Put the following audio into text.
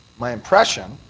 my impression,